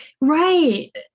Right